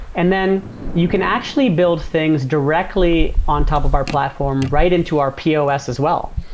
and then you can actually build things directly on top of our platform right into our pos as well.